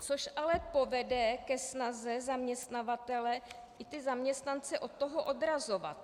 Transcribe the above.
Což ale povede i ke snaze zaměstnavatele ty zaměstnance od toho odrazovat.